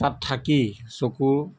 তাত থাকি চকু